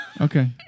Okay